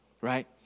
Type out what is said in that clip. right